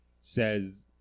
says